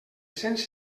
cents